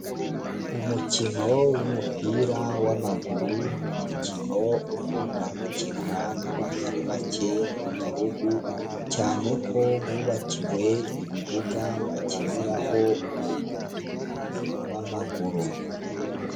Umukino w'umupira wamaguru n'umukino ukunda gukinwa n' abatari bake mu gihugu, cyane ko bubakiwe ibibuga bakiniraho uwo mupira w'amaguru.